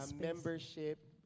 membership